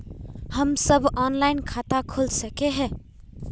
हम सब ऑनलाइन खाता खोल सके है?